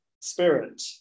spirit